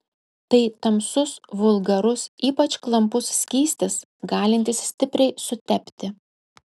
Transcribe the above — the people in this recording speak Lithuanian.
tai tamsus vulgarus ypač klampus skystis galintis stipriai sutepti